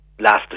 last